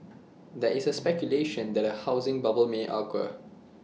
there is speculation that A housing bubble may occur